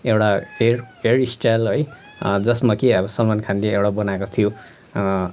एउटा hair hair style है जसमा कि अब सलमान खानले एउटा बनाएको थियो